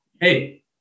hey